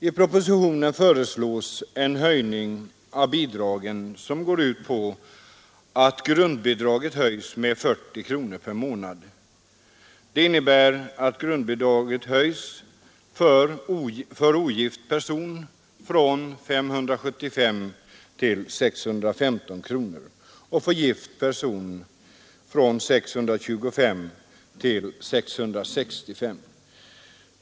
I propositionen föreslås en höjning av bidragen som går ut på att grundbidraget höjs med 40 kronor i månaden. Det innebär att grundbidraget höjs för ogift person från 575 till 615 och för gift person från 625 till 665.